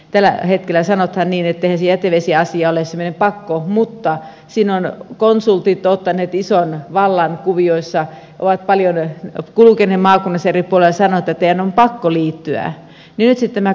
tällä hetkellä sanotaan niin että eihän se jätevesiasia ole semmoinen pakko mutta siinä ovat konsultit ottaneet ison vallan kuvioissa ovat paljon kulkeneet maakunnissa eri puolilla ja sanoneet että teidän on pakko liittyä ja nyt sitten on nämä kaapelointiasiat